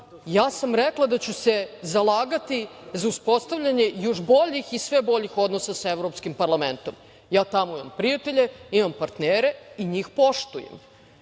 ja sam rekla da ću se zalagati za uspostavljanje još boljih i sve boljih odnosa sa Evropskim parlamentom. Ja tamo imam prijatelje, imam partnere i njih poštujem. Da